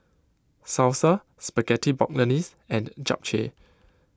Salsa Spaghetti Bolognese and Japchae